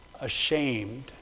ashamed